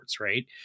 right